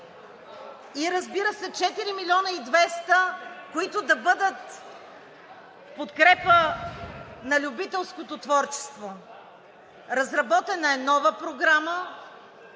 и, разбира се, 4 млн. 200 хил. лв., които да бъдат в подкрепа на любителското творчество. Разработена е нова програма